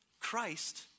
Christ